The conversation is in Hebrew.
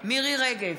מירי רגב,